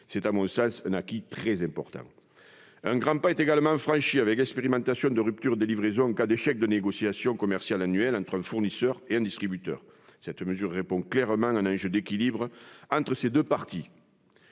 C'est à mon sens un acquis important. Un grand pas est également franchi avec l'expérimentation de rupture des livraisons en cas d'échec des négociations commerciales annuelles entre un fournisseur et un distributeur. Cette mesure répond clairement à un enjeu d'équilibre entre ces deux parties.